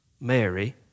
Mary